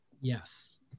Yes